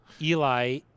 Eli